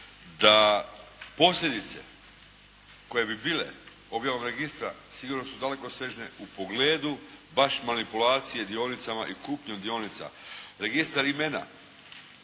da posljedice koje bi bile objavom registra sigurno su dalekosežne u pogledu baš manipulacije dionicama i kupnju dionica. Registar imena,